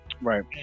Right